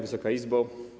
Wysoka Izbo!